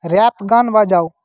rap গান বাজাও